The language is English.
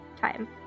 time